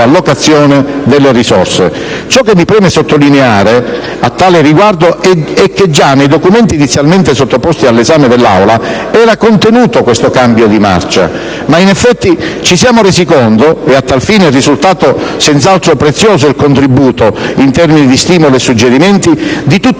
Ciò che mi preme sottolineare a tale riguardo è che già nei documenti inizialmente sottoposti all'esame dell'Aula era contenuto questo cambio di marcia, ma in effetti ci siamo resi conto - e a tal fine è risultato senz'altro prezioso il contributo, in termini di stimolo e suggerimenti, di tutti voi,